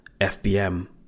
FBM